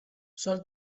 sol